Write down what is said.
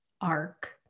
arc